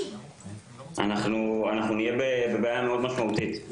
אנחנו נהיה בבעיה מאוד משמעותית.